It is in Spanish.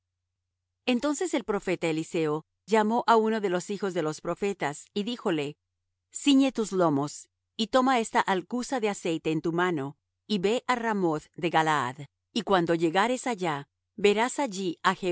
entonces el profeta eliseo llamó á uno de los hijos de los profetas y díjole ciñe tus lomos y toma esta alcuza de aceite en tu mano y ve á ramoth de galaad y cuando llegares allá verás allí